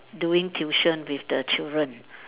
doing tuition with the children